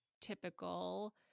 typical